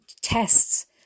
tests